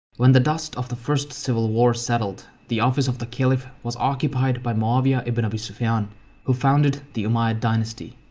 when the dust of the first civil war settled, the office of the caliph was occupied by muawiyah ibn abi sufyan who founded the umayyad dynasty.